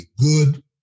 good